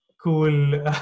cool